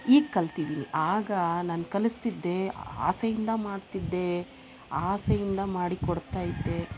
ಈಗ ಕಲ್ತಿದ್ದೀನಿ ಆಗ ನಾನು ಕಲಿಸ್ತಿದ್ದೆ ಆಸೆಯಿಂದ ಮಾಡ್ತಿದ್ದೆ ಆಸೆಯಿಂದ ಮಾಡಿ ಕೊಡ್ತಾ ಇದ್ದೆ